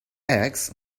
eggs